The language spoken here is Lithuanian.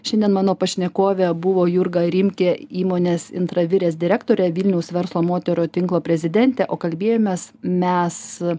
šiandien mano pašnekovė buvo jurga rimkė įmonės intravirės direktorė vilniaus verslo moterų tinklo prezidentė o kalbėjomės mes